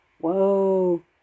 Whoa